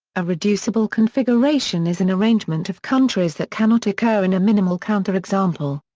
a reducible configuration is an arrangement of countries that cannot occur in a minimal counterexample.